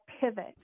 pivot